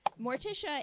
Morticia